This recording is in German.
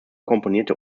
komponierte